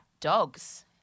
dogs